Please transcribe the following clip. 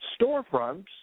storefronts